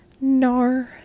No